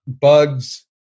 bugs